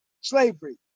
slavery